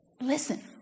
listen